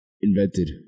invented